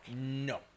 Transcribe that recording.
No